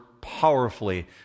powerfully